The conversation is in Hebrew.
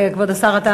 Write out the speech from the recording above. כבוד השר, אתה